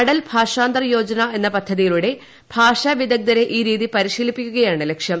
അടൽ ഭാഷാന്തർ യോജന എന്ന പദ്ധതിയിലൂടെ ഭാഷാ വിദഗ്ധരെ ഈ രീതി പരിശീലിപ്പിക്കുകയാണ് ലക്ഷ്യം